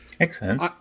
Excellent